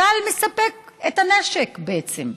צה"ל מספק את הנשק, בעצם.